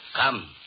Come